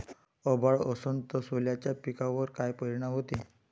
अभाळ असन तं सोल्याच्या पिकावर काय परिनाम व्हते?